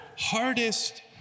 hardest